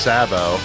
Sabo